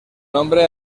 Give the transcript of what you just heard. nombre